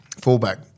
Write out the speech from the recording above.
fullback